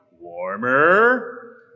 warmer